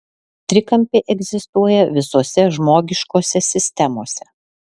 trikampiai egzistuoja visose žmogiškose sistemose